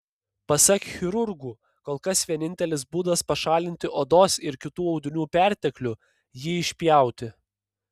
pasak chirurgų kol kas vienintelis būdas pašalinti odos ir kitų audinių perteklių jį išpjauti